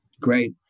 Great